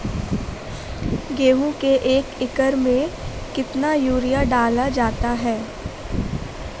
गेहूँ के एक एकड़ में कितना यूरिया डाला जाता है?